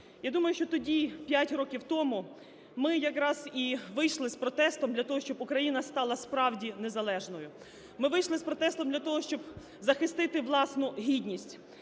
Я думаю, що тоді 5 років тому ми якраз і вийшли з протестом для того, щоб Україна стала справді незалежною. Ми вийшли з протестом для того, щоб захистити власну гідність